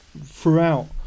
throughout